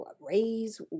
raise